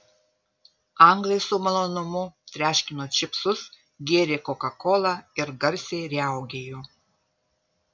anglai su malonumu treškino čipsus gėrė kokakolą ir garsiai riaugėjo